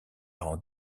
rend